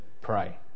pray